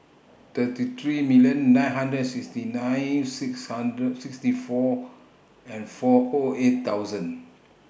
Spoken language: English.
thirty three million nine hundred and sixty nine six hundred sixty four and four O eight thousand